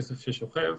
כסף ששוכב.